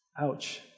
ouch